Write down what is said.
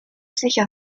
sicher